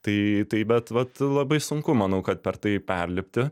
tai tai bet vat labai sunku manau kad per tai perlipti